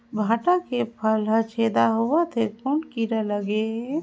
भांटा के फल छेदा होत हे कौन कीरा लगे हे?